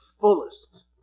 fullest